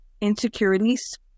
insecurities